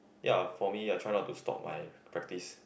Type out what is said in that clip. ya for me I try not to stop my practice